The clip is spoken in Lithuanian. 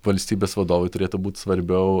valstybės vadovui turėtų būti svarbiau